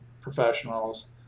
professionals